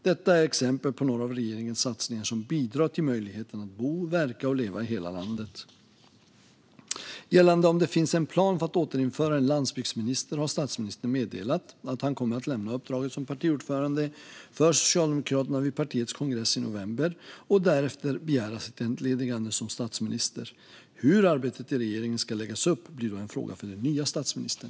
Detta är exempel på några av regeringens satsningar som bidrar till möjligheten att bo, verka och leva i hela landet. Gällande om det finns en plan på att återinföra en landsbygdsminister har statsministern meddelat att han kommer att lämna uppdraget som partiordförande för Socialdemokraterna vid partiets kongress i november och därefter begära sitt entledigande som statsminister. Hur arbetet i regeringen ska läggas upp blir då en fråga för den nya statsministern.